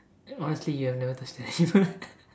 honestly ya I've never touched that